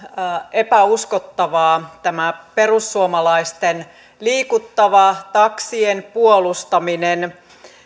epäuskottavaa tämä perussuomalaisten liikuttava taksien puolustaminen